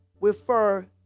refer